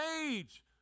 age